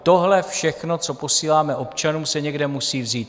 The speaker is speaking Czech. Tohle všechno, co posíláme občanům, se někde musí vzít.